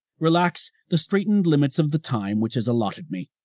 relax the straightened limits of the time which has allotted me.